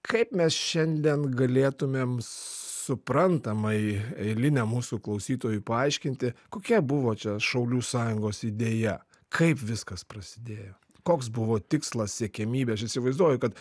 kaip mes šiandien galėtumėm suprantamai eiliniam mūsų klausytojų paaiškinti kokie buvo čia šaulių sąjungos idėja kaip viskas prasidėjo koks buvo tikslas siekiamybė aš įsivaizduoju kad